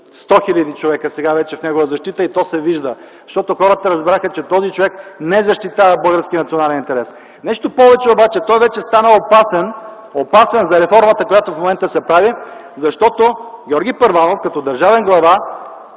100 хил. човека в негова защита. И то се вижда, защото хората разбраха, че този човек не защитава българския национален интерес. Нещо повече, той вече стана опасен за реформата, която в момента се прави. Георги Първанов като държавен глава